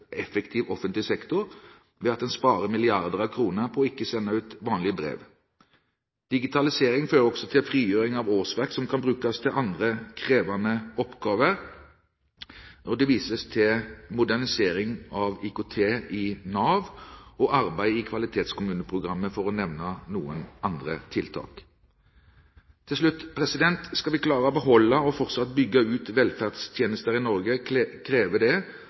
effektiv offentlig sektor ved at man sparer milliarder av kroner på ikke å sende ut vanlige brev. Digitaliseringen fører også til frigjøring av årsverk – årsverk som kan brukes til andre krevende oppgaver. Det vises til modernisering av IKT-løsningene i Nav og arbeidet med kvalitetskommuneprogrammet, for å nevne noen andre tiltak. Til slutt: Skal vi klare å beholde og fortsatt bygge ut velferdstjenester i Norge, krever det